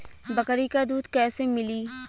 बकरी क दूध कईसे मिली?